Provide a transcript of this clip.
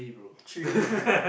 three